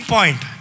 Point